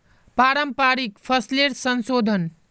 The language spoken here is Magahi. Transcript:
पारंपरिक फसलेर संशोधन